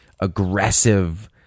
aggressive